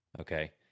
Okay